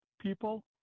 people